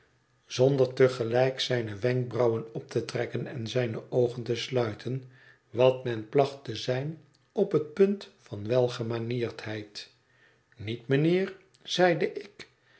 zonder te gelijk zijne wenkbrauwen op te trekken en zijne oogen te sluiten wat men placht te zijn op het punt van welgemanierdheid niet mijnheer zeide ik